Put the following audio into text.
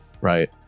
right